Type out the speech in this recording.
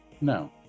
No